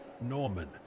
Norman